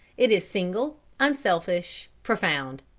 it is single, unselfish, profound.